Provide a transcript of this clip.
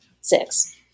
six